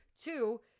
two